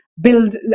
build